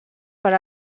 per